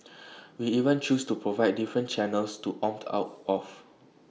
we even choose to provide different channels to opt out of